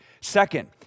Second